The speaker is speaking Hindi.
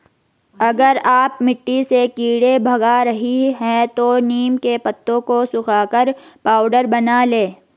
अगर आप मिट्टी से कीड़े भगा रही हैं तो नीम के पत्तों को सुखाकर पाउडर बना लें